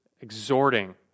exhorting